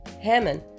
Hammond